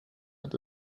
hat